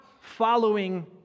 following